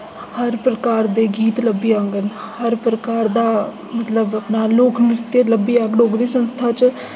हर प्रकार दे गीत लब्भी जाङन हर प्रकार दा मतलब अपना लोक नृत्य लब्भी जाह्ग डोगरी संस्था च